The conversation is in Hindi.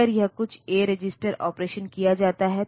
शारीरिक रूप से यह 40 चिप है